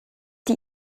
die